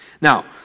Now